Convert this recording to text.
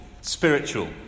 spiritual